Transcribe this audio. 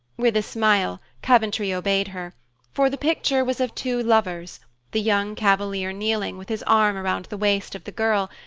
with a smile, coventry obeyed her for the picture was of two lovers the young cavalier kneeling, with his arm around the waist of the girl,